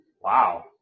Wow